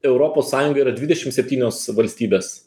europos sąjunga yra dvidešimt septynios valstybės